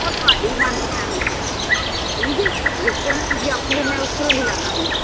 ਉਹ ਤੁਹਾਡੀ ਮਨ ਪਸੰਦ ਹੈ ਠੀਕ ਹੈ ਜਿਸ ਤਰ੍ਹਾਂ ਤੁਸੀਂ ਆਖੋਗੇ ਮੈਂ ਉਸ ਤਰ੍ਹਾਂ ਦੀ ਲਾ ਦੇਵਾਂਗੀ